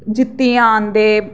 जित्तियै औंदे